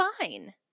fine